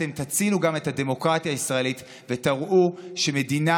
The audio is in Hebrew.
אתם תצילו גם את הדמוקרטיה הישראלית ותראו שמדינה